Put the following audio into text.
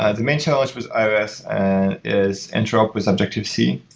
ah the main challenge with ios is interop with subjective c.